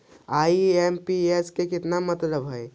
IMPS के कि मतलब है?